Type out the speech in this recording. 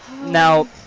now